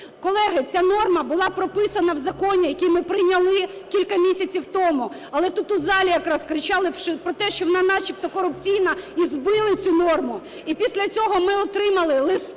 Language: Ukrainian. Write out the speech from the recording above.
Колеги, ця норма була прописана в законі, який ми прийняли кілька місяців тому. Але тут у залі якраз кричали про те, що вона начебто корупційна і збили цю норму, і після цього ми отримали листи